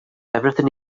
everything